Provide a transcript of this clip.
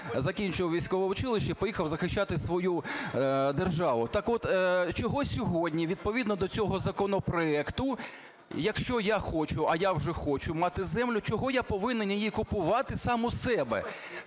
закінчував військове училище і поїхав захищати свою державу. Так от чому сьогодні відповідно до цього законопроекту, якщо я хочу, а вже хочу мати землю, чому я повинен її купувати сам у себе?